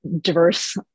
diverse